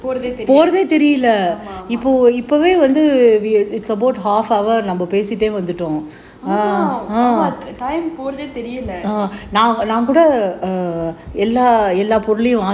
ஆமா ஆமா:aamaa aamaa time போகறதே தெரில:pogarathae terila